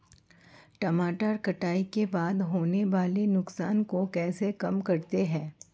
टमाटर कटाई के बाद होने वाले नुकसान को कैसे कम करते हैं?